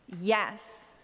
Yes